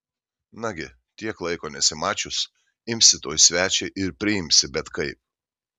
nagi tiek laiko nesimačius imsi tuoj svečią ir priimsi bet kaip